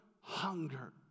hunger